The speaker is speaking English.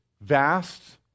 vast